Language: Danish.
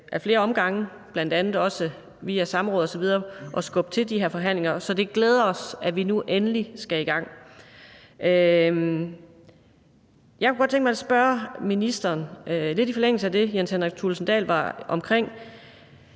ad flere omgange, bl.a. også via samråd osv., at skubbe til de her forhandlinger. Så det glæder os, at vi nu endelig skal i gang. Jeg kunne godt tænke mig at spørge ministeren om noget lidt i forlængelse af det, hr. Jens Henrik Thulesen Dahl var omkring.